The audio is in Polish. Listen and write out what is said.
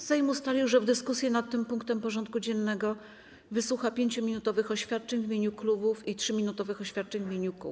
Sejm ustalił, że w dyskusji nad tym punktem porządku dziennego wysłucha 5-minutowych oświadczeń w imieniu klubów i 3-minutowych oświadczeń w imieniu kół.